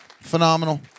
Phenomenal